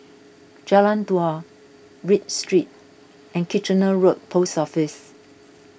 Jalan Dua Read Street and Kitchener Road Post Office